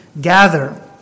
gather